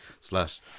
slash